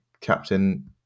Captain